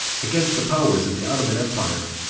against the powers of the ottoman empire,